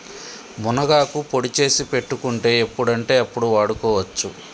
మునగాకు పొడి చేసి పెట్టుకుంటే ఎప్పుడంటే అప్పడు వాడుకోవచ్చు